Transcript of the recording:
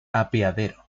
apeadero